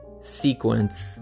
sequence